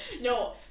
no